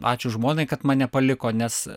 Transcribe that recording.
ačiū žmonai kad mane paliko nes